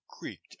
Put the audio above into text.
creaked